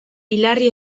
pilarri